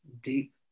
deep